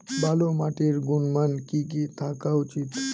ভালো মাটির গুণমান কি কি থাকা উচিৎ?